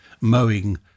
mowing